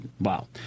wow